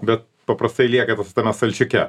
bet paprastai lieka tame stalčiuke